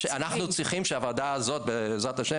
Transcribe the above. בסופו של דבר אני חושב שאנחנו צריכים שהוועדה הזאת בעזרת השם